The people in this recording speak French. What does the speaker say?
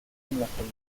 promulgation